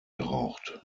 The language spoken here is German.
geraucht